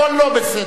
הכול לא בסדר,